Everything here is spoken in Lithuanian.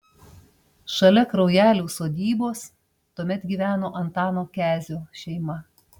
šalia kraujelių sodybos tuomet gyveno antano kezio šeima